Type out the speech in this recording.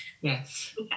Yes